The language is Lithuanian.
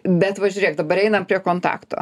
bet va žiūrėk dabar einam prie kontakto